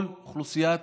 כל אוכלוסיית